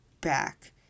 back